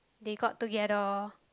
they got together